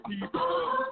people